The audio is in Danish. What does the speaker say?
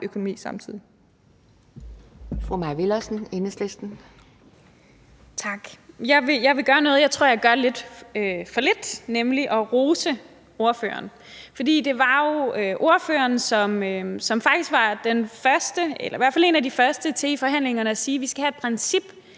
(EL): Tak. Jeg vil gøre noget, jeg tror, jeg gør lidt for lidt, nemlig at rose ordføreren. For det var ordføreren, som faktisk var den første, eller i hvert fald en af de første, til i forhandlingerne at sige: Vi skal have et princip